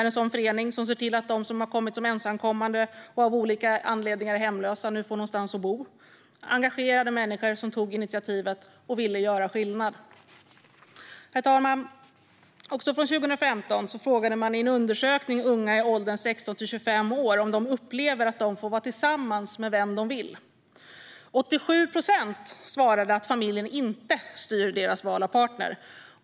Det är en förening som ser till att de som har kommit som ensamkommande och av olika anledningar är hemlösa nu får någonstans att bo. Det var engagerade människor som tog initiativet och ville göra skillnad. Herr talman! År 2015 frågade man i en undersökning unga i åldern 16-25 år om de upplevde att de fick vara tillsammans med vem de ville. 87 procent svarade att familjen inte styrde deras val av partner.